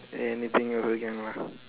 anything also can lah